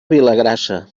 vilagrassa